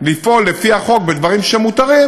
לפעול לפי החוק בדברים שמותרים,